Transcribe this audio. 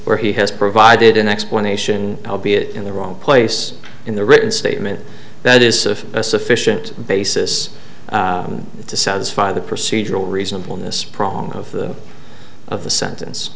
where he has provided an explanation how be it in the wrong place in the written statement that is a sufficient basis to satisfy the procedural reasonableness prong of the of the sentence